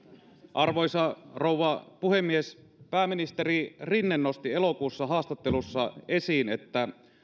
arvoisa rouva puhemies pääministeri rinne nosti elokuussa haastattelussa esiin että